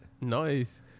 Nice